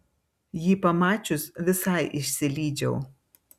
jį pamačius visai išsilydžiau